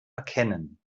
erkennen